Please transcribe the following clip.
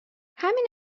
همین